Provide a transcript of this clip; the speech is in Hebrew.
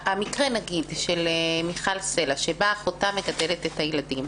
המקרה של מיכל סלה שבו אחותה מגדלת את הילדה,